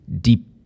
deep